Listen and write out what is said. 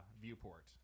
viewport